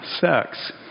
sex